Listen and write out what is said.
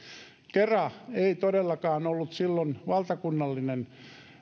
kera ei todellakaan ollut silloin valtakunnallinen